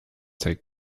take